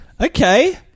Okay